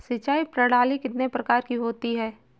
सिंचाई प्रणाली कितने प्रकार की होती है?